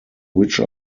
which